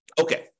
Okay